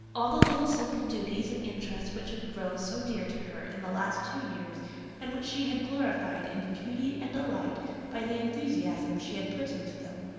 all the little simple duties and interests which had grown so dear to her in the last two years and which she had glorified into beauty and delight by the enthusiasm she had put into them.